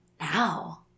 now